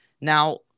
Now